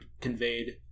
conveyed